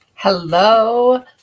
Hello